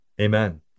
Amen